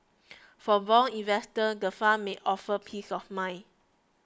for bond investors the fund may offer peace of mind